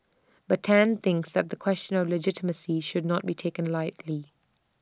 but Tan thinks that the question of legitimacy should not be taken lightly